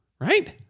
Right